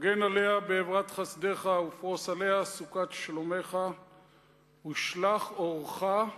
הגן עליה באברת חסדך ופרוס עליה סוכת שלומך ושלח אורך,